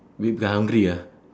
we'll be hungry ah